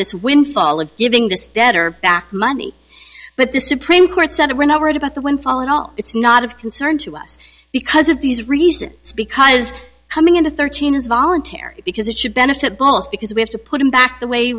debtor back money but the supreme court said we're not worried about the windfall and all it's not of concern to us because of these reasons because coming into thirteen is voluntary because it should benefit both because we have to put him back the way